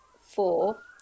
four